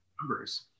numbers